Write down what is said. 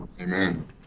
Amen